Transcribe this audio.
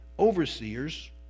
Overseers